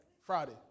Friday